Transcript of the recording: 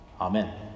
Amen